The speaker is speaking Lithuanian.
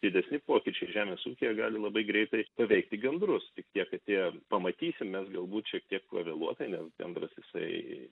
didesni pokyčiai žemės ūkyje gali labai greitai paveikti gandrus tik tiek kad pamatysim mes galbūt šiek tiek pavėluotai nes gandras jisai